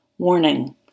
Warning